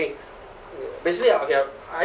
uh basically I okay I